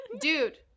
Dude